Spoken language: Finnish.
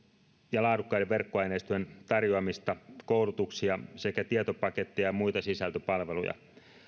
ja laadukkaiden verkkoaineistojen tarjoamista koulutuksia sekä tietopaketteja ja muita sisältöpalveluja myös